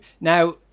now